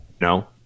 No